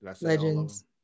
Legends